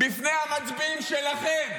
בפני המצביעים שלכם,